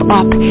up